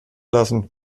lassen